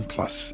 Plus